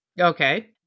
Okay